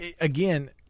again